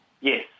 Yes